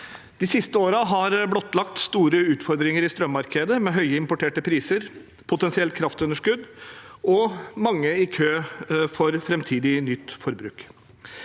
De siste årene har blottlagt store utfordringer i strømmarkedet, med høye importerte priser, potensielt kraftunderskudd og mange i kø for framtidig nytt forbruk.